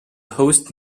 host